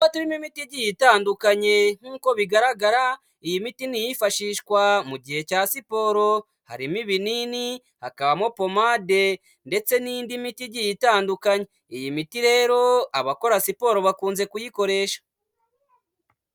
Uducupa turimo imiti igiye itandukanye, nkuko bigaragara iyi miti ni iyifashishwa mu gihe cya siporo. Harimo ibinini, hakabamo pomade ndetse n'indi miti igiye itandukanye. Iyi miti rero abakora siporo bakunze kuyikoresha.